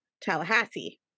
Tallahassee